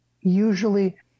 usually